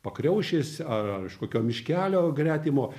pakriaušės ar ar iš kokio miškelio gretimo